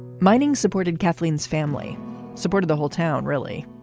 mining supported kathleen's family support of the whole town, really,